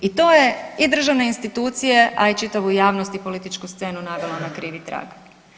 I to je i državne institucija a i čitavu javnost i političku scenu navelo na krivi trag.